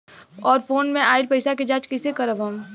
और फोन से आईल पैसा के जांच कैसे करब हम?